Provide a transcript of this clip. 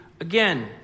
again